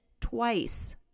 twice